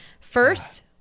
First